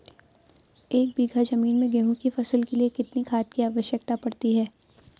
एक बीघा ज़मीन में गेहूँ की फसल के लिए कितनी खाद की आवश्यकता पड़ती है?